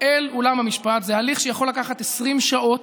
אל אולם המשפט, זה הליך שיכול לקחת 20 שעות,